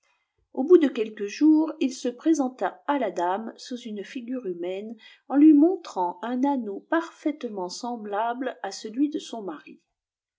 au bout de quelques jours il se présenta à la dame sous une figure humaine en lui montrant un anneau parfaitement semblable à celui de son mari